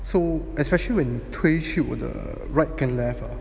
so especially when 你推去我的 right 跟 left ah